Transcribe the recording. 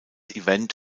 event